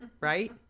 right